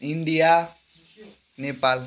India Nepal